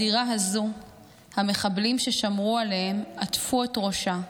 בדירה הזו המחבלים ששמרו עליהם עטפו את ראשה,